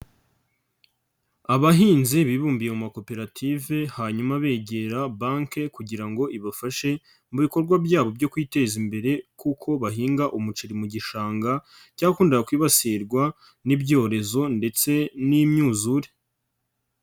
Abahinzi bibumbiye mu makoperative, hanyuma begera banke kugira ngo ibafashe, mu bikorwa byabo byo kwiteza imbere kuko bahinga umuceri mu gishanga, cyakundaga kwibasirwa n'ibyorezo ndetse n'imyuzure.